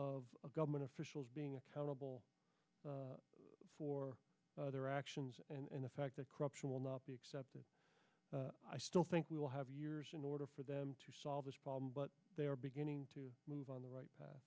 of government officials being accountable for their actions and the fact that corruption will not be accepted i still think we will have years in order for them to solve this problem but they are beginning to move on the right